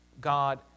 God